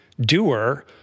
doer